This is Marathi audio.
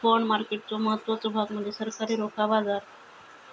बाँड मार्केटचो महत्त्वाचो भाग म्हणजे सरकारी रोखा बाजार